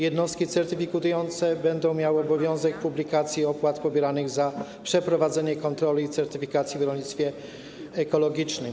Jednostki certyfikujące będą miały obowiązek publikacji opłat pobieranych za przeprowadzenie kontroli i certyfikacji w rolnictwie ekologicznym.